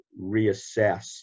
reassess